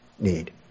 need